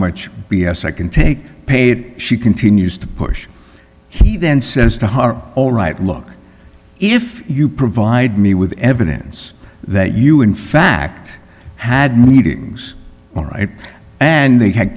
much b s i can take pay it she continues to push he then says to her alright look if you provide me with evidence that you in fact had meetings all right and they